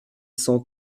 cent